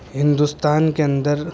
ہندوستان کے اندر